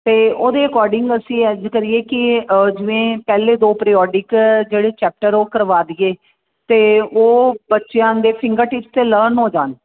ਅਤੇ ਉਹਦੇ ਅਕੋਰਡਿੰਗ ਅਸੀਂ ਅੱਜ ਕਰੀਏ ਕਿ ਜਿਵੇਂ ਪਹਿਲੇ ਦੋ ਪਰਿਓਡਿਕ ਜਿਹੜੇ ਚੈਪਟਰ ਉਹ ਕਰਵਾ ਦਈਏ ਅਤੇ ਉਹ ਬੱਚਿਆਂ ਦੇ ਫਿੰਗਰਟਿਪਸ 'ਤੇ ਲਰਨ ਹੋ ਜਾਣ